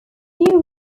jiu